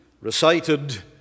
recited